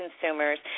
consumers